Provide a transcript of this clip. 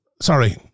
Sorry